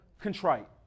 contrite